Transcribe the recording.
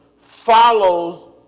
follows